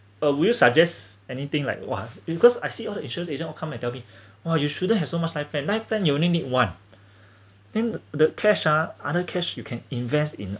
uh we'll suggest anything like !wah! because I see all the insurance agent will come and tell me !wah! you shouldn't have so much life plan life plan you only need one then the the cash ha other cash you can invest in